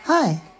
Hi